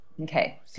Okay